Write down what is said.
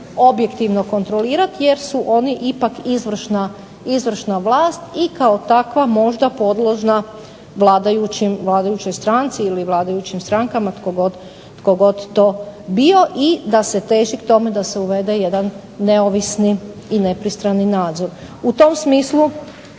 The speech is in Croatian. objektivno kontrolirati jer su oni ipak izvršna vlast i kao takva možda podložna vladajućoj stranci ili vladajućim strankama tko god to bio i da se teži tome da se uvede jedan neovisni i nepristrani nadzor. U tom smislu